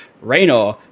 Raynor